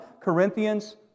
Corinthians